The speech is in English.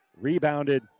Rebounded